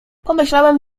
pomyślałem